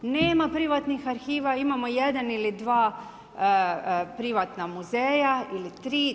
Nema privatnih arhiva, imamo jedan ili dva privatna muzeja ili tri.